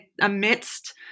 amidst